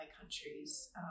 countries